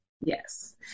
Yes